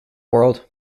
world